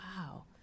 wow